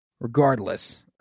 Regardless